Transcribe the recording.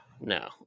No